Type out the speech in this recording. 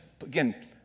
again